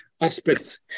aspects